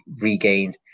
regain